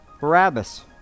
Barabbas